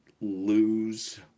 lose